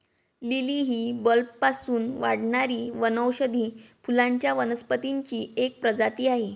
lily ही बल्बपासून वाढणारी वनौषधी फुलांच्या वनस्पतींची एक प्रजाती आहे